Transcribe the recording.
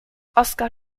oskar